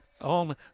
on